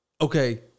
okay